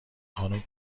خانوم